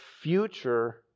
future